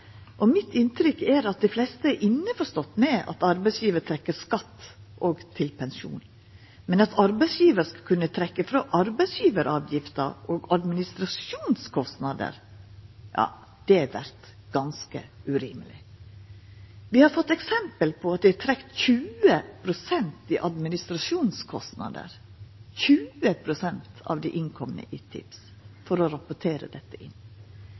endra. Mitt inntrykk er at dei fleste er innforstått med at arbeidsgjevar trekkjer frå til skatt og pensjon, men at arbeidsgjevar skal kunna trekkja frå til arbeidsgjevaravgift og administrasjonskostnader, vert ganske urimeleg. Vi har fått eksempel på at det er trekt 20 pst. i administrasjonskostnader – 20 pst. av innkomne tips for å rapportera dette inn.